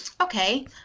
Okay